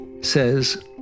says